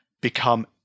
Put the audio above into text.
become